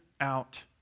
out